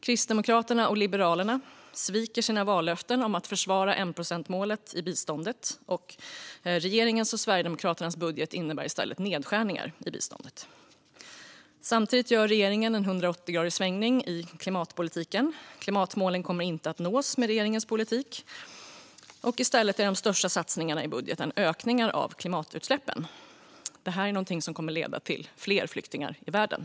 Kristdemokraterna och Liberalerna sviker sina vallöften om att försvara enprocentsmålet i biståndet. Regeringens och Sverigedemokraternas budget innebär i stället nedskärningar i biståndet. Samtidigt gör regeringen en 180-graderssväng i klimatpolitiken. Klimatmålen kommer inte att nås med regeringens politik. I stället innebär de största satsningarna i budgeten ökningar av klimatutsläppen. Det här är någonting som kommer att leda till fler flyktingar i världen.